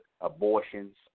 abortions